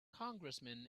congressman